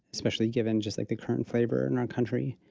especially given just like, the current flavor in our country.